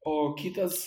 o kitas